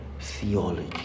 theology